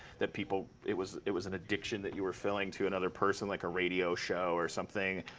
that people it was it was an addiction that you were filling to another person, like a radio show, or something.